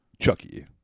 Chucky